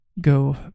go